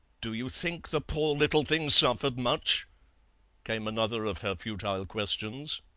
do you think the poor little thing suffered much came another of her futile questions.